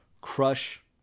crush